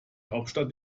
hauptstadt